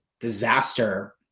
disaster